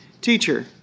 teacher